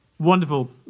Wonderful